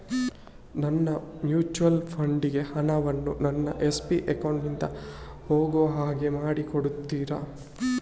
ನನ್ನ mutual fund ಗೆ ಹಣ ವನ್ನು ನನ್ನ ಎಸ್.ಬಿ ಅಕೌಂಟ್ ನಿಂದ ಹೋಗು ಹಾಗೆ ಮಾಡಿಕೊಡುತ್ತೀರಾ?